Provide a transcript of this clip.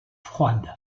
froide